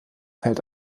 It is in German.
feld